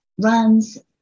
runs